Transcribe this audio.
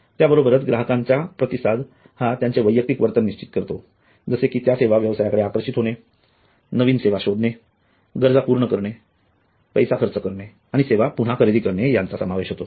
याचबरोबर ग्राहकांच्या प्रतिसाद हा त्यांचे वैयक्तिक वर्तन निश्चित करतो जसे कि त्या सेवा व्यवसायाकडे आकर्षित होणेनवीन सेवा शोधणे गरजा पूर्ण करणे पैसे खर्च करणे आणि सेवा पुन्हा खरेदी करणे यांचा समावेश होतो